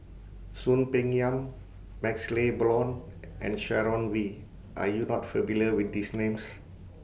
Soon Peng Yam MaxLe Blond and Sharon Wee Are YOU not familiar with These Names